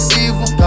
evil